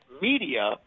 media